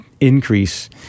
increase